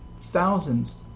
thousands